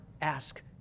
ask